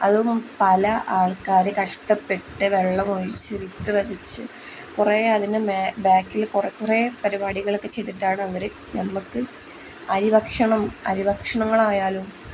അതും പല ആൾക്കാർ കഷ്ടപ്പെട്ട് വെള്ളമൊഴിച്ച് വിത്തു വിതച്ച് കുറേ അതിന് ബാക്കിൽ കുറെ കുറെ പരിപാടികളൊക്കെ ചെയ്തിട്ടാണ് അവർ നമുക്ക് അരിഭക്ഷണം അരിഭക്ഷണങ്ങളായാലും